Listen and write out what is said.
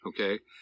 okay